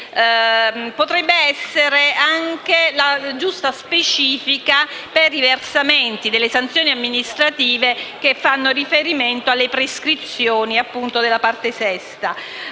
potrebbe essere anche la giusta specifica per i versamenti delle sanzioni amministrative che fanno riferimento, appunto, alle prescrizioni della parte sesta.